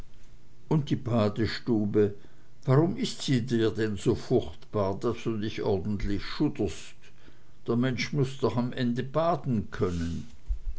und die badestube warum is sie dir denn so furchtbar daß du dich ordentlich schudderst der mensch muß doch am ende baden können